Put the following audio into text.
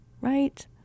right